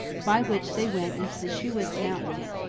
by which they went into the shi'wits mountains,